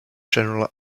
general